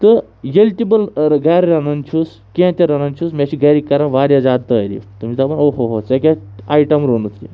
تہٕ ییٚلہِ تہٕ بہٕ گَرِ رَنان چھُس کیںٛہہ تہِ رَنان چھُس مےٚ چھِ گَرِکۍ کَران واریاہ زیادٕ تعٲریٖف تِم چھِ دَپان اوٚہ ہو ہو ژےٚ کیاہ آیٹَم روٚنُتھ یہِ